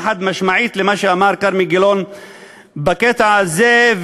חד-משמעית על מה שאמר כרמי גילון בקטע הזה,